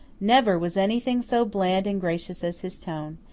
never was anything so bland and gracious as his tone.